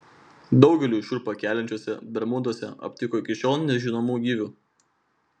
daugeliui šiurpą keliančiuose bermuduose aptiko iki šiol nežinomų gyvių